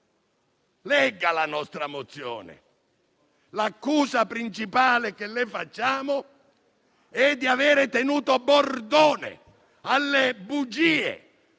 Legga la nostra mozione: l'accusa principale che le rivolgiamo è di avere tenuto bordone alle bugie,